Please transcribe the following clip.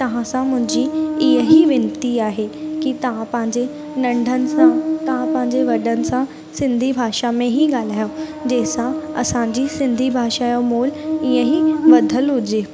तव्हांसां मुंहिंजी इहेई वेनती आहे की तव्हां पंहिंजे नंढनि सां तव्हां पंहिंजे वॾनि सां सिंधी भाषा में ई ॻाल्हायो जंहिंसा असांजी सिंधी भाषा जो मोल ईअं ई वधल हुजे